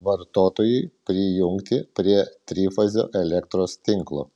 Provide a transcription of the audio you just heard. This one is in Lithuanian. vartotojui prijungti prie trifazio elektros tinklo